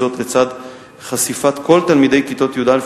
זאת לצד חשיפת כל תלמידי כיתות י"א